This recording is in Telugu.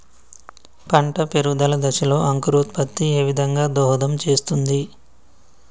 పంట పెరుగుదల దశలో అంకురోత్ఫత్తి ఏ విధంగా దోహదం చేస్తుంది?